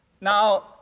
Now